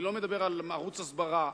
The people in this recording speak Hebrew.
אני לא מדבר על ערוץ הסברה.